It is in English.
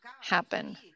happen